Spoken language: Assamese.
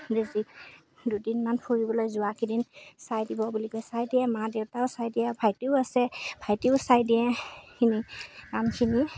দুদিনমান ফুৰিবলৈ যোৱা কেইদিন চাই দিব বুলি কৈ চাই দিয়ে মা দেউতায়েও চাই দিয়ে ভাইটিও আছে ভাইটিয়েও চাই দিয়ে সেইখিনি কামখিনি